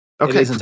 okay